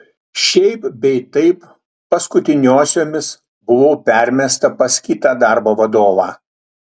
šiaip bei taip paskutiniosiomis buvau permesta pas kitą darbo vadovą